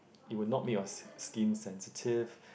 it will not make yours skin sensitive